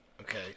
Okay